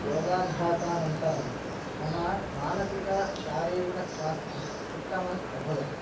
योगाभ्यासानन्तरं मम मानसिकशारीरिकस्वास्थ्यम् उत्तमम् अभवत्